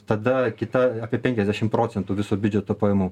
tada kita apie penkiasdešim procentų viso biudžeto pajamų